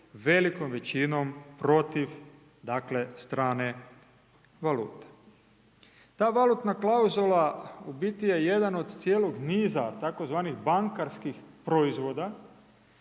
velikom većinom protiv, dakle, strane valute. Ta valutna klauzula u biti je jedan od cijelog niza tzv. bankarskih proizvoda